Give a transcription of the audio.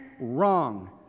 Wrong